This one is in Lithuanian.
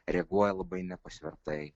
reaguoja labai nepasvertai